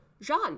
Jean